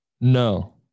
No